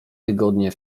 tygodnie